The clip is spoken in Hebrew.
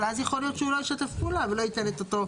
אבל אז יכול להיות שהוא לא ישתף פעולה ולא ייתן את אותה הסכמה.